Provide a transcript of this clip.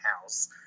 house